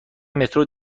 مترو